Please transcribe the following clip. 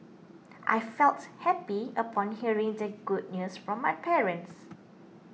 I felt happy upon hearing the good news from my parents